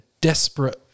desperate